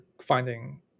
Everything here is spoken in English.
finding